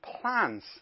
plans